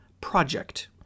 project